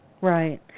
Right